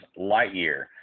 Lightyear